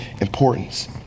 importance